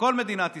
בכל מדינת ישראל,